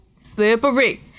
Slippery